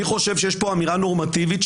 אני חושב שיש פה אמירה נורמטיבית,